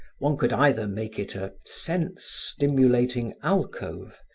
one could either make it a sense-stimulating alcove,